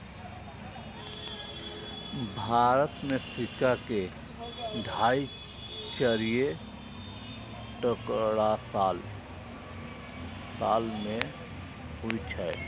भारत मे सिक्का के ढलाइ चारि टकसाल मे होइ छै